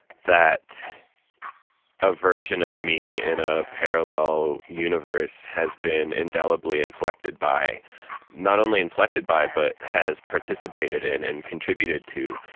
that a version of me, in a parallel universe, has been indelibly inflected by not only inflected by but has participated in and contributed to.